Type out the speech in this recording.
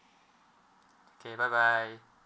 okay bye bye